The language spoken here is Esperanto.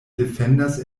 defendas